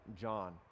john